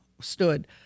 Stood